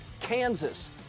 Kansas